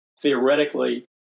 theoretically